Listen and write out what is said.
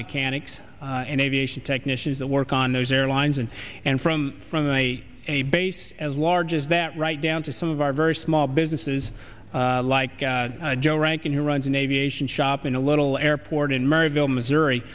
mechanics and aviation technicians that work on those airlines and and from from a a base as large as that right down to some of our very small businesses like joe rankin who runs an aviation shop in a little airport in maryville missouri